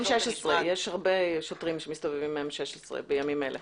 הרבה שוטרים שמסתובבים עם M16 בימים אלה.